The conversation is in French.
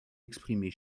exprimer